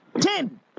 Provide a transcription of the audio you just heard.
Ten